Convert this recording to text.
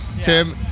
Tim